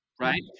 right